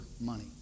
money